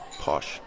posh